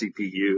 CPU